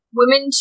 women